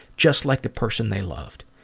just like the person they loved.